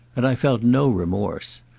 and i felt no remorse.